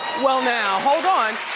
well now, hold on.